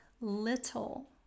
little